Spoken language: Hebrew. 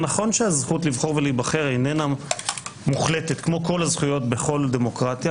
נכון שהזכות לבחור ולהיבחר אינה מוחלטת כמו כל הזכויות בכל דמוקרטיה,